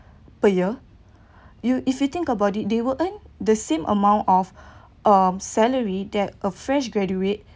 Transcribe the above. per year you if you think about it they will earn the same amount of um salary that a fresh graduate